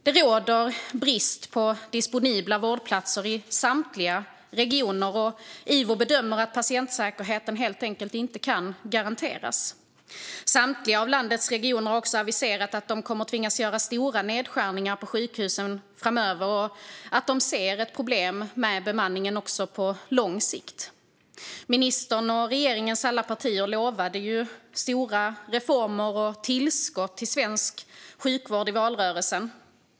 Det råder brist på disponibla vårdplatser i samtliga regioner, och Ivo bedömer att patientsäkerheten helt enkelt inte kan garanteras. Samtliga av landets regioner har också aviserat att de kommer att tvingas göra stora nedskärningar på sjukhusen framöver och att de ser problem med bemanningen även på lång sikt. Acko Ankarberg Johansson och den nuvarande regeringens alla partier lovade ju i valrörelsen stora reformer och tillskott till svensk sjukvård.